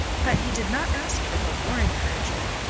but he did not ask for hope or encouragement.